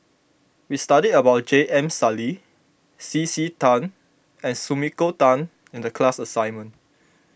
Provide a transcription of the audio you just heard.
we studied about J M Sali C C Tan and Sumiko Tan in the class assignment